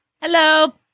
Hello